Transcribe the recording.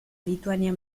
lituania